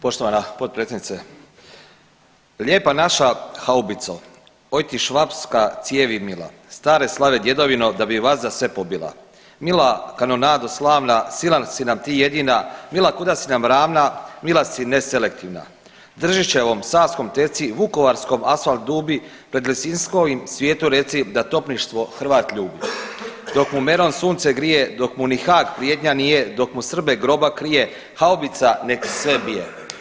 Poštovana potpredsjednice, lijepa naša haubico, oj ti švapska cijevi mila, stare slave djedovino, da bi vazda sve pobila, mila kanonado slavna sila si nam ti jedina, mila kuda si nam ravna, mila si neselektivna, Držićevom i Savskom teci, Vukovarskom asfalt dubi, pred Lisinskim svijetu reci da topništvo Hrvat ljubi, dok mu meron sunce grije, dok mu unihat prijetnja nije, dok mu Srbe groba krije, haubica nek sve bije.